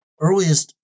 earliest